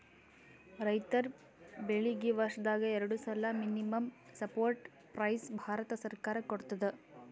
ರೈತರ್ ಬೆಳೀಗಿ ವರ್ಷದಾಗ್ ಎರಡು ಸಲಾ ಮಿನಿಮಂ ಸಪೋರ್ಟ್ ಪ್ರೈಸ್ ಭಾರತ ಸರ್ಕಾರ ಕೊಡ್ತದ